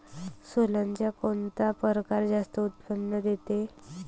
सोल्याचा कोनता परकार जास्त उत्पन्न देते?